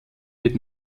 wird